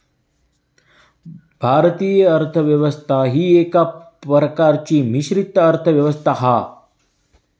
भारतीय अर्थ व्यवस्था ही एका प्रकारची मिश्रित अर्थ व्यवस्था हा